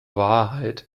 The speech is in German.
wahrheit